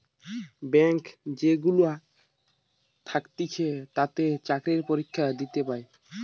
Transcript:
bank যেগুলা থাকতিছে তাতে চাকরি পরীক্ষা দিয়ে পায়